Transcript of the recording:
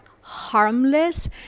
harmless